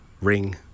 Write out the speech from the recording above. ring